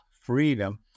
freedom